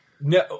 No